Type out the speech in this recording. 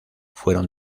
fueron